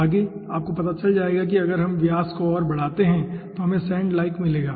आगे आपको पता चल जाएगा कि अगर हम व्यास को और बढ़ाते हैं तो हमें सैंड लाइक मिलेगा